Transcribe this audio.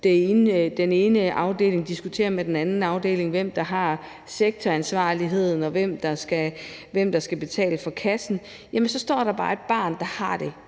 den ene afdeling diskuterer med den anden afdeling om, hvem der har sektoransvaret, og hvem der skal betale for kassen, er, at så står der bare et barn, der har det